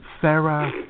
Sarah